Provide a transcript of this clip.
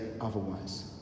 otherwise